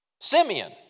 Simeon